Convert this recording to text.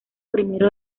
primero